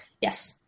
Yes